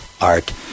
Art